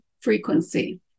frequency